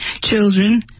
...children